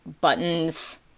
buttons